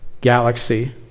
galaxy